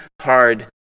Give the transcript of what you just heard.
hard